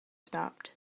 stopped